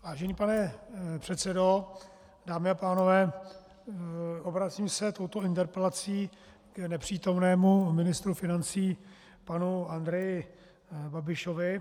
Vážený pane předsedo, dámy a pánové, obracím se s touto interpelací k nepřítomnému ministru financí panu Andreji Babišovi.